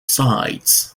sides